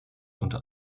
unter